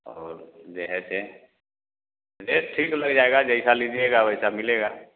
और दे है तो रेट ठीक लग जाएगा जैसा लीजिएगा वैसा मिलेगा